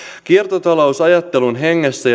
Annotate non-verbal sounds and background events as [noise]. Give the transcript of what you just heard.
kiertotalousajattelun hengessä [unintelligible]